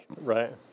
Right